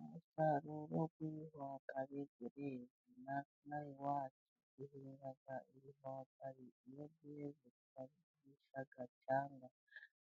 Umusaruro wibihwagari ureze, natwe inaha iwacu duhinga ibihwagari, iyo byeze barabisarura bakabyanika